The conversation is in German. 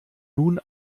nun